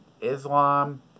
Islam